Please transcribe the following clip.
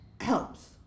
helps